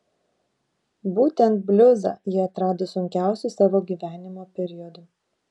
būtent bliuzą ji atrado sunkiausiu savo gyvenimo periodu